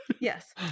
Yes